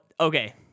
okay